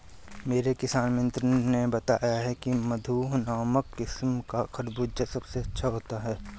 मेरे किसान मित्र ने बताया की मधु नामक किस्म का खरबूजा सबसे अच्छा होता है